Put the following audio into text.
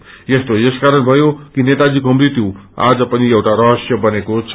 रूस्तो यसकारण भयो कि नेताजीको मृत्यु आज पनि एउटा सहस्य बनेको छ